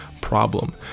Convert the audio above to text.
problem